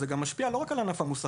זה משפיע לא רק על ענף המוסכים,